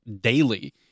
daily